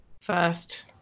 First